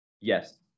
Yes